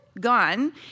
gone